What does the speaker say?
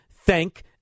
thank